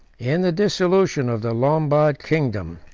in the dissolution of the lombard kingdom,